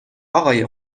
آقای